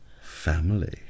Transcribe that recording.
family